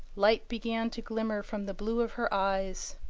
light began to glimmer from the blue of her eyes.